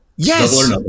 Yes